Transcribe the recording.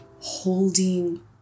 holding